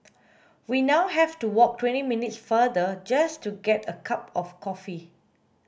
we now have to walk twenty minutes farther just to get a cup of coffee